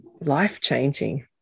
life-changing